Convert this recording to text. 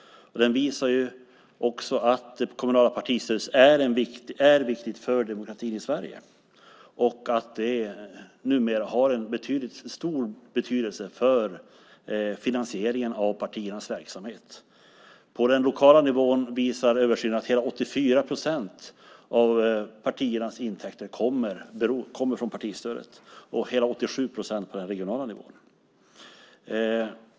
Den visar ju också att det kommunala partistödet är viktigt för demokratin i Sverige och att det numera har en stor betydelse för finansieringen av partiernas verksamhet. På den lokala nivån visar översynen att hela 84 procent av partiernas intäkter kommer från partistödet, och på den regionala nivån är det hela 87 procent.